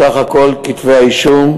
סך כל כתבי האישום,